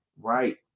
right